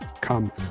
come